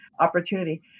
opportunity